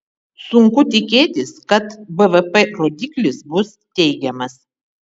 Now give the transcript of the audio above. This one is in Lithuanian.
sunku tikėtis kad bvp rodiklis bus teigiamas